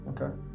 okay